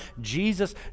Jesus